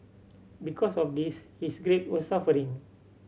because of this his grade were suffering